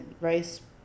rice